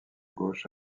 gauche